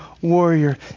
warrior